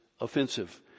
offensive